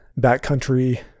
backcountry